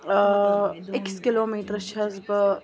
أکِس کِلومیٖٹرس چھَس بہٕ